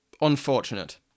unfortunate